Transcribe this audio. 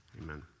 Amen